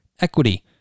equity